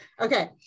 Okay